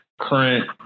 current